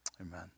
Amen